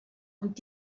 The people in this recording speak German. und